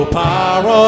power